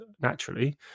naturally